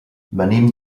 venim